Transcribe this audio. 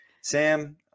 Sam